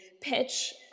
pitch